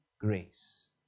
grace